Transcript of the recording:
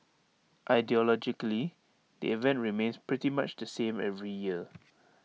ideologically the event remains pretty much the same every year